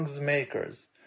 makers